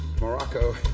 Morocco